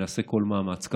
נעשה כל מאמץ.